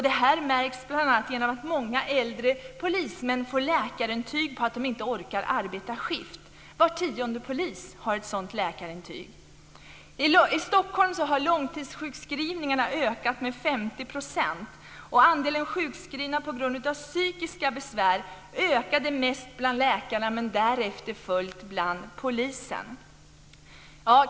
Detta märks bl.a. genom att många äldre polismän får läkarintyg på att de inte orkar arbeta skift. Var tionde polis har ett sådant läkarintyg. I Stockholm har långtidssjukskrivningarna ökat med 50 %. Andelen sjukskrivna på grund av psykiska besvär ökade mest bland läkarna, därefter följt av polisen.